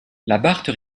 labarthe